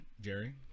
Jerry